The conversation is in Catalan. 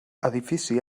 edifici